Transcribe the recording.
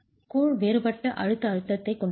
கூழ் வேறுபட்ட அழுத்த அழுத்தத்தைக் கொண்டிருக்கும்